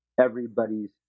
everybody's